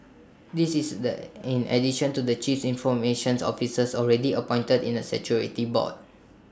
this is the in addition to the chief information officers already appointed in statutory boards